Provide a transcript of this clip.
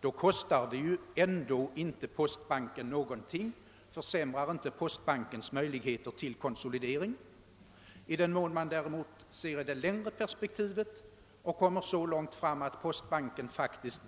Då kostar det ju inte postbanken någonting och försämrar inte bankens möjligheter till konsolidering. Om man däremot ser frågan i det längre perspektivet och kommer till den dag då postbanken